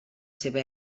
seva